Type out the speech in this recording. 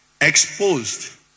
Exposed